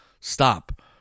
stop